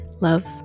Love